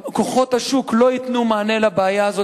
כוחות השוק לא ייתנו מענה לבעיה הזאת